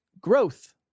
growth